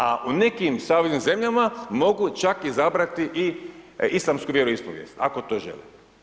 A u nekim saveznim zemljama mogu čak izabrati i islamsku vjeroispovijest ako to žele.